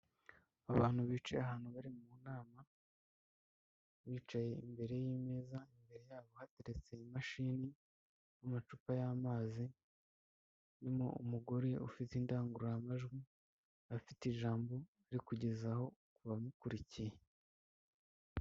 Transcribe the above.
Abantu bicaye ahantu bari mu nama bicaye imbere y'imeza, imbere yabo hateretse imashini n'amacupa y'amazi, irimo umugore ufite indangururamajwi, afite ijambo ariko kugezaho ku bamumukurikiye.